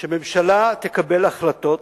שממשלה תקבל החלטות